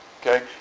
Okay